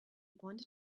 wanted